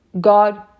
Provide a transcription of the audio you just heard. God